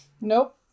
Nope